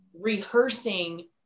rehearsing